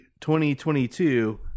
2022